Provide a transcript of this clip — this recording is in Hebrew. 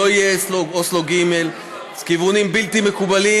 לא יהיה הסכם אוסלו ג' כיוונים בלתי מקובלים